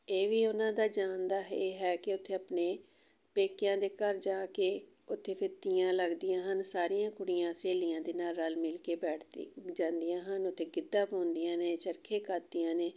ਇਹ ਵੀ ਉਹਨਾਂ ਦਾ ਜਾਣ ਦਾ ਇਹ ਹੈ ਕਿ ਉੱਥੇ ਆਪਣੇ ਪੇਕਿਆਂ ਦੇ ਘਰ ਜਾ ਕੇ ਉੱਥੇ ਫਿਰ ਤੀਆਂ ਲੱਗਦੀਆਂ ਹਨ ਸਾਰੀਆਂ ਕੁੜੀਆਂ ਸਹੇਲੀਆਂ ਦੇ ਨਾਲ ਰਲ ਮਿਲ ਕੇ ਬੈਠਦੀ ਜਾਂਦੀਆਂ ਹਨ ਅਤੇ ਗਿੱਧਾ ਪਾਉਂਦੀਆਂ ਨੇ ਚਰਖੇ ਕੱਤਦੀਆਂ ਨੇ